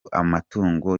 amatungo